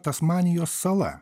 tasmanijos sala